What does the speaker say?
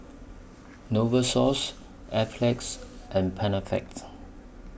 Novosource Enzyplex and Panaflex